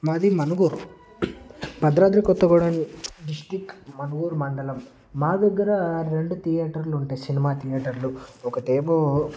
మాది మణుగూరు భద్రాద్రి కొత్తగూడెం డిస్ట్రిక్ట్ మణుగూరు మండలం మా దగ్గర రెండు థియేటర్లు ఉంటాయి సినిమా థియేటర్లు ఒకటేమో